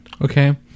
okay